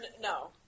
No